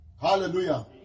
Hallelujah